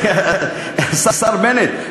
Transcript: השר בנט,